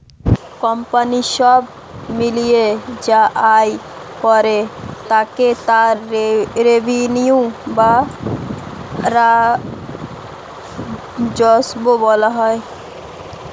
company সব মিলিয়ে যা আয় করে তাকে তার রেভিনিউ বা রাজস্ব বলা হয়